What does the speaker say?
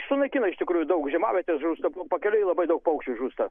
sunaikina iš tikrųjų daug žiemavietėse žūsta pakeliui labai daug paukščių žūsta